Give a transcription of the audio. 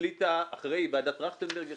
אחרי ועדת טרכטנברג,